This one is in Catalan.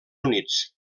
units